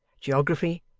geography,